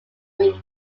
week